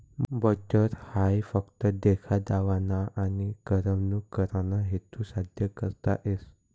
butter हाई फक्त देखा दावाना आनी करमणूक कराना हेतू साद्य करता येस